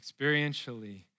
experientially